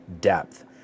depth